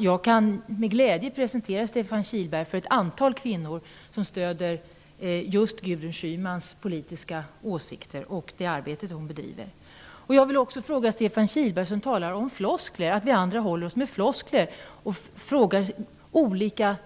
Jag kan med glädje presentera Stefan Kihlberg för ett antal kvinnor som stöder just Gudrun Schymans politiska åsikter och det arbete hon bedriver. Stefan Kihlberg talar om att vi andra håller oss med floskler när